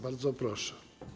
Bardzo proszę.